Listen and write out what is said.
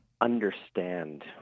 understand